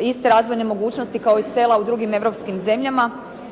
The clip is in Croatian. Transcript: iste razvojne mogućnosti kao i sela u drugim europskim zemljama,